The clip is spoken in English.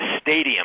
stadium